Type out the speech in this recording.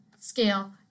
scale